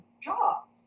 jobs